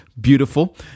beautiful